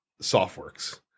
Softworks